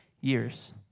years